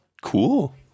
Cool